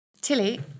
tilly